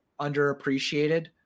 underappreciated